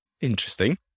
Interesting